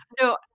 No